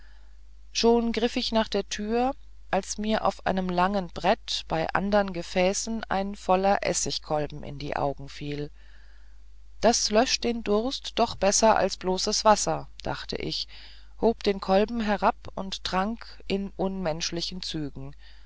schon griff ich wieder nach der türe als mir auf einem langen brett bei andern gefäßen ein voller essigkolben in die augen fiel das löscht den durst doch besser als bloßes wasser dachte ich hub den kolben herab und trank in unmenschlichen zügen